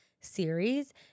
series